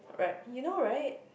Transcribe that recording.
right you know right